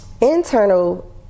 internal